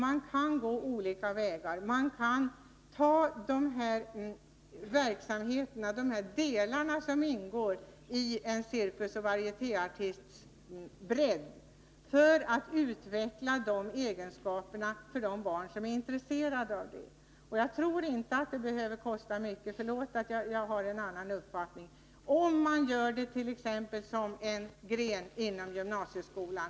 Man kan gå olika vägar. Man kan använda olika delar av det som ingår i en cirkusoch varietéartists bredd för att utveckla just de egenskaperna hos barn som är intresserade av det. Jag tror inte att det behöver kosta mycket — förlåt att jag har en annan uppfattning — om det exempelvis blir en gren inom gymnasieskolan.